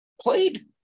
played